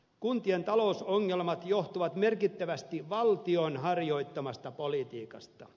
kuntien talousongelmat johtuvat merkittävästi valtion harjoittamasta politiikasta